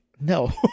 No